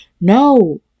no